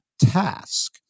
task